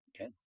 Okay